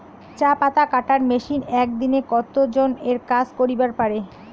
চা পাতা কাটার মেশিন এক দিনে কতজন এর কাজ করিবার পারে?